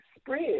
spread